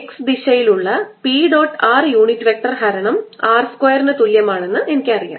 x ദിശയിലുള്ള P dot r unit vector ഹരണം r സ്ക്വയറിനു തുല്യം ആണെന്ന് എനിക്കറിയാം